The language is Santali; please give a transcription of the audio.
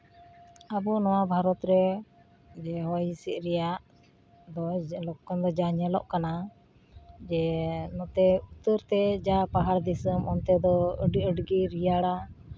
ᱟᱵᱚ ᱱᱚᱣᱟ ᱵᱷᱟᱨᱚᱛ ᱨᱮ ᱡᱮ ᱦᱚᱭ ᱦᱤᱸᱥᱤᱫ ᱨᱮᱭᱟᱜ ᱫᱚ ᱞᱚᱠᱠᱷᱚᱱ ᱫᱚ ᱡᱟ ᱧᱮᱞᱚᱜ ᱠᱟᱱᱟ ᱡᱮ ᱱᱚᱛᱮ ᱩᱛᱛᱚᱨ ᱛᱮ ᱡᱟ ᱯᱟᱦᱟᱲ ᱫᱤᱥᱟᱹᱢ ᱚᱱᱛᱮ ᱫᱚ ᱟᱹᱰᱤ ᱟᱸᱴ ᱜᱮ ᱨᱮᱭᱟᱲᱟ